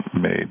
made